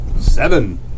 seven